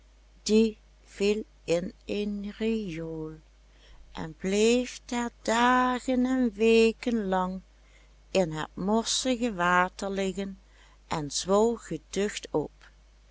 en bleef daar dagen en weken lang in het morsige water liggen en zwol geducht op